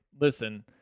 Listen